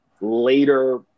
later